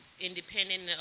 independent